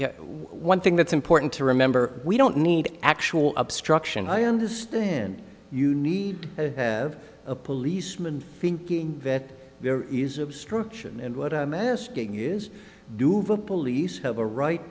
know one thing that's important to remember we don't need actual obstruction i understand you need to have a policeman finking that there is obstruction and what i'm asking is duvel police have a right